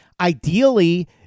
Ideally